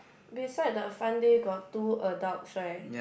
beside the front there got two adults right